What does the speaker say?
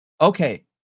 okay